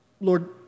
Lord